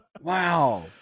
Wow